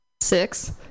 six